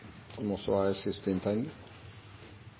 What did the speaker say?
som også er